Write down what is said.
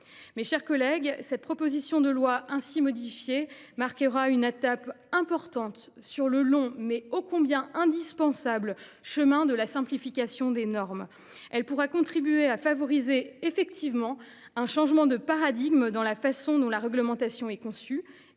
Mes chers collègues, cette proposition de loi ainsi modifiée marquera une étape importante sur le long, mais ô combien indispensable chemin de la simplification des normes. Elle pourra contribuer à favoriser un changement de paradigme dans la façon dont la réglementation est conçue